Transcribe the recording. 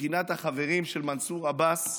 מבחינת החברים של מנסור עבאס,